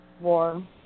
war